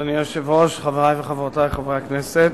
אדוני היושב-ראש, חברי וחברותי חברי הכנסת,